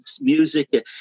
music